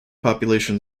population